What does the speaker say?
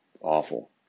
awful